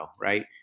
right